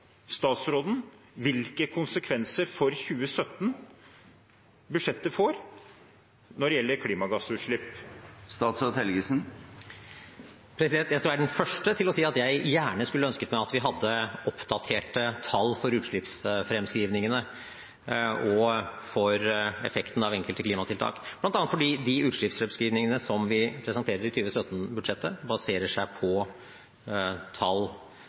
statsråden hvilke konsekvenser for 2017 budsjettet får når det gjelder klimagassutslipp? Jeg skal være den første til å si at jeg gjerne skulle ønsket at vi hadde oppdaterte tall for utslippsfremskrivningene og for effekten av enkelte klimatiltak, bl.a. fordi de utslippsfremskrivningene som vi presenterer i 2017-budsjettet, baserer seg på tall,